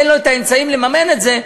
אין לו את האמצעים לממן את זה,